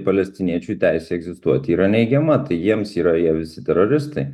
palestiniečių teisę egzistuoti yra neigiama tai jiems yra jie visi teroristai